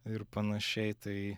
ir panašiai tai